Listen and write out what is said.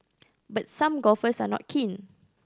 but some golfers are not keen